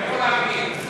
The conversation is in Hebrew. איפה לפיד?